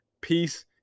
Peace